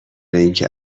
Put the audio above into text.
اینکه